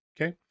Okay